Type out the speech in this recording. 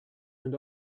and